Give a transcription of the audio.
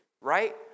right